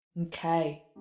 Okay